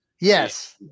Yes